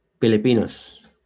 Filipinos